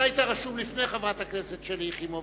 אתה היית רשום לפני חברת הכנסת שלי יחימוביץ,